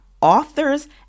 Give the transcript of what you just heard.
authors